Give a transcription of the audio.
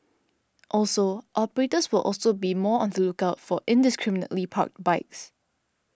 also operators will also be more on the lookout for indiscriminately parked bikes